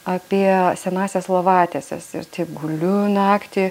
apie senąsias lovatieses ir guliu naktį